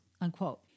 unquote